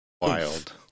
wild